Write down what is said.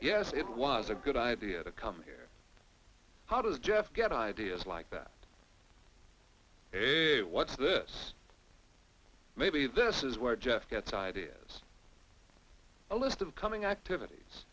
yes it was a good idea to come how does jeff get ideas like that hey what's this maybe this is where jeff gets ideas a list of coming activities